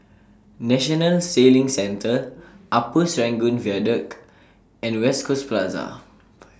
National Sailing Centre Upper Serangoon Viaduct and West Coast Plaza